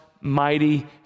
mighty